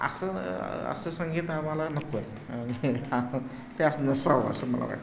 असं असं संगीत आम्हाला नको आहे आणि त्यात नसावं असं मला वाटतं